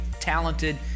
talented